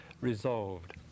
resolved